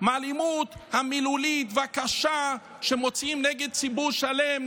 מהאלימות המילולית והקשה שמוציאים נגד ציבור שלם,